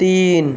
تین